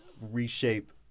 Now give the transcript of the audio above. reshape